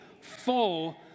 full